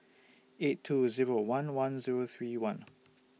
eight two Zero one one Zero three one